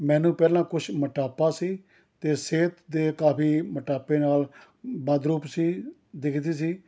ਮੈਨੂੰ ਪਹਿਲਾਂ ਕੁਛ ਮੋਟਾਪਾ ਸੀ ਅਤੇ ਸਿਹਤ ਦੇ ਕਾਫੀ ਮੋਟਾਪੇ ਨਾਲ ਬਦਰੂਪ ਸੀ ਦਿਖਦੀ ਸੀ